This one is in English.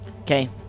Okay